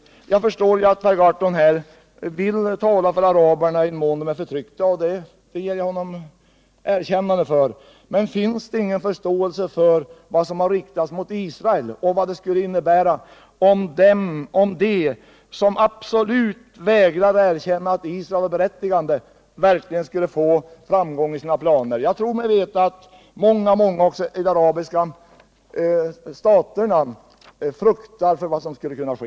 Jag förstår att Per Gahrton här vill tala för araberna, i den mån de är förtryckta, och det ger jag honom ett erkännande för. Men finns det ingen förståelse för vad Israel har fått utstå? Och vad skulle det innebära om de som absolut vägrar erkänna Israels berättigande verkligen skulle få framgång i sina planer? Jag tror mig veta att många av de arabiska staterna fruktar för vad som då skulle kunna ske.